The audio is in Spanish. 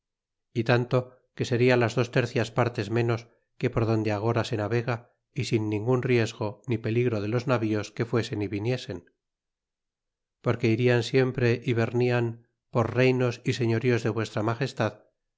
y tanto que seria las dos tercias partes menos que por donde agora se navega y sin ningun riesgo ni pel gro de los navíos que fuesen y viniesen porque irian siempre y vernian por reynos y señoríos de vuestra